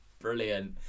Brilliant